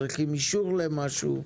צריכים אישור למשהו.